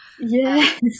Yes